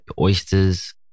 Oysters